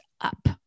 up